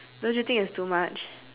don't you think is too much